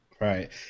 Right